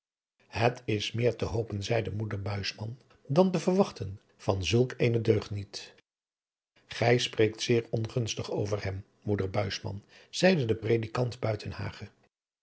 het is meer te hopen zeide moeder buisman dan te verwachten van zulk een deugniet gij spreekt zeer ongunstig over hem moeder buisman zeide de predikant